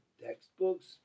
textbooks